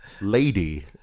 lady